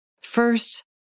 First